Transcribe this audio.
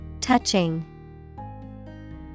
Touching